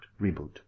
reboot